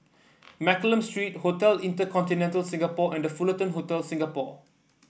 Mccallum Street Hotel InterContinental Singapore and The Fullerton Hotel Singapore